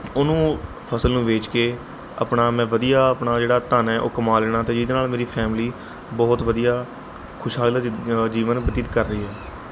ਉਹਨੂੰ ਫਸਲ ਨੂੰ ਵੇਚ ਕੇ ਆਪਣਾ ਮੈਂ ਵਧੀਆ ਆਪਣਾ ਜਿਹੜਾ ਧਨ ਹੈ ਉਹ ਕਮਾ ਲੈਣਾ ਅਤੇ ਜਿਹਦੇ ਨਾਲ ਮੇਰੀ ਫੈਮਿਲੀ ਬਹੁਤ ਵਧੀਆ ਖੁਸ਼ਹਾਲ ਜ਼ਿੰਦ ਜੀਵਨ ਬਤੀਤ ਕਰ ਰਹੀ ਹੈ